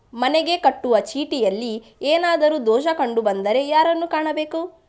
ಮನೆಗೆ ಕಟ್ಟುವ ಚೀಟಿಯಲ್ಲಿ ಏನಾದ್ರು ದೋಷ ಕಂಡು ಬಂದರೆ ಯಾರನ್ನು ಕಾಣಬೇಕು?